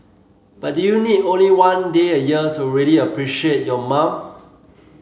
but do you need only one day a year to really appreciate your mom